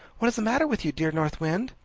what is the matter with you, dear north wind?